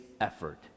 effort